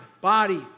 body